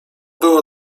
było